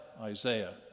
Isaiah